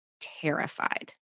terrified